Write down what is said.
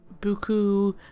buku